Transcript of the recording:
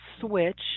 switch